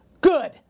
Good